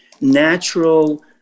natural